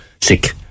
sick